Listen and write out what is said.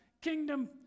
kingdom